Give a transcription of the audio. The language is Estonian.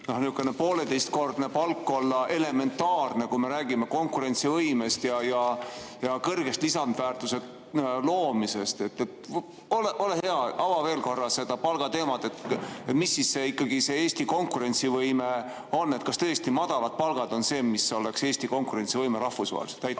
see poolteisekordne palk olla elementaarne, kui me räägime konkurentsivõimest ja kõrge lisandväärtuse loomisest. Ole hea, ava veel korra seda palgateemat. Mis siis ikkagi see Eesti konkurentsivõime on? Kas tõesti madalad palgad on see, mis tagaks Eesti konkurentsivõime rahvusvaheliselt? Meie